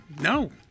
No